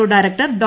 O director Dr